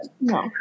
No